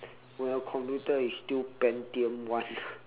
well computer is still pentium [one]